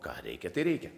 ką reikia tai reikia